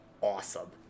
awesome